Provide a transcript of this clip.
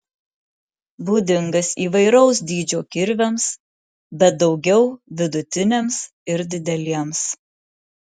būdingas įvairaus dydžio kirviams bet daugiau vidutiniams ir dideliems